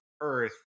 earth